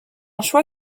choix